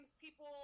people